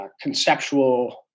conceptual